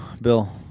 Bill